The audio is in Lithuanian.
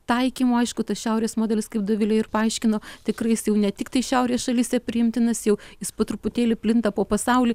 taikymo aišku tas šiaurės modelis kaip dovilė ir paaiškino tikrai jis jau ne tiktai šiaurės šalyse priimtinas jau jis po truputėlį plinta po pasaulį